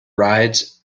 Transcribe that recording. rides